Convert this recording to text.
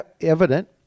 evident